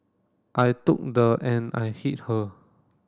I took the and I hit her